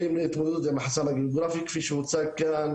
כלים להתמודדות עם החסם הגיאוגרפי כפי שהוצג כאן,